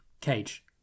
cage